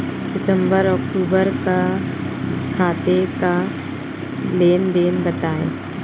सितंबर अक्तूबर का खाते का लेनदेन बताएं